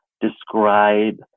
describe